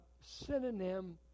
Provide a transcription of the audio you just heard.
synonym